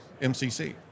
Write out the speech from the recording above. MCC